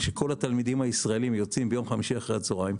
כשכל התלמידים הישראליים יוצאים בחמישי אחר הצהריים,